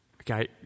Okay